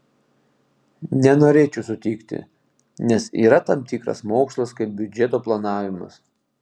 nenorėčiau sutikti nes yra tam tikras mokslas kaip biudžeto planavimas